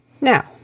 Now